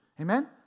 Amen